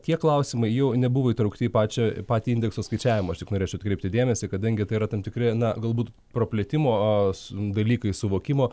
tie klausimai jau nebuvo įtraukti į pačią patį indekso skaičiavimą aš tik norėčiau atkreipti dėmesį kadangi tai yra tam tikri na galbūt praplėtimo dalykai suvokimo